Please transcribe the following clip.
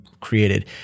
created